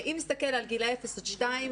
אם נסתכל על גילאי 0 2,